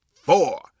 four